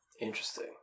Interesting